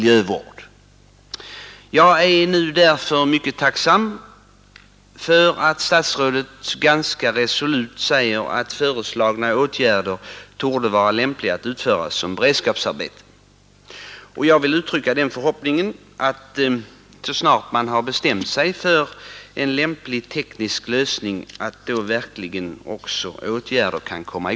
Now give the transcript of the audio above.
Jag är därför mycket tacksam för att statsrådet ganska resolut säger att föreslagna åtgärder torde vara lämpliga att utföras som beredskapsarbete, och jag vill uttrycka förhoppningen att så snart man har bestämt sig för en lämplig teknisk lösning åtgärder verkligen också kan komma i